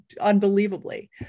unbelievably